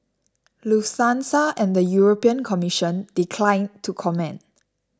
Lufthansa and the European Commission declined to comment